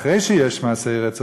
אחרי שיש מעשי רצח,